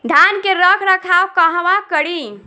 धान के रख रखाव कहवा करी?